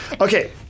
Okay